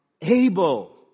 able